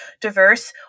diverse